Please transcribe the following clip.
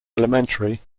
elementary